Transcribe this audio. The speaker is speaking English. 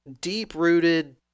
deep-rooted